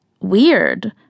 weird